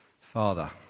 Father